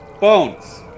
bones